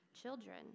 Children